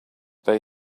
they